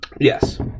Yes